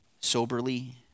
soberly